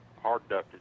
hard-ducted